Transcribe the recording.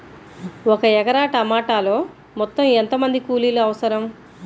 ఒక ఎకరా టమాటలో మొత్తం ఎంత మంది కూలీలు అవసరం?